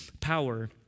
power